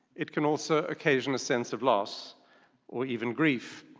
it can also occasion a sense of loss or even grief.